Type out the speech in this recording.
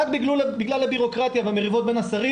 רק בגלל הבירוקרטיה והמריבות בין השרים,